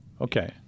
okay